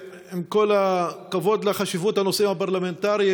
עם כל הכבוד לחשיבות הנושאים הפרלמנטריים,